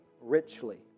richly